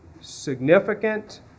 significant